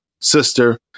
sister